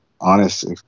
honest